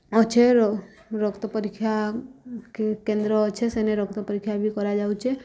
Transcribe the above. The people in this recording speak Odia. ଅଛେ ରକ୍ତ ପରୀକ୍ଷା କେନ୍ଦ୍ର ଅଛେ ସେନେ ରକ୍ତ ପରୀକ୍ଷା ବି କରାଯାଉଚେ